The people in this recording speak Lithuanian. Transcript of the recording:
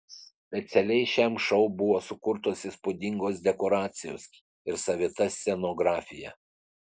specialiai šiam šou buvo sukurtos įspūdingos dekoracijos ir savita scenografija